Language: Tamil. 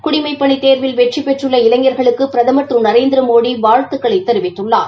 குடிமைப்பணித் தேர்வில் வெற்றிபெற்றுள்ள இளைஞா்களுக்கு பிரதமர் திரு நரேந்திரமோடி வாழ்த்து தெரிவித்துள்ளார்